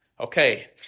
Okay